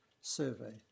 survey